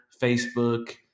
Facebook